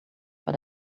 but